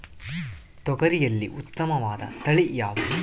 ತೊಗರಿಯಲ್ಲಿ ಉತ್ತಮವಾದ ತಳಿ ಯಾವುದು?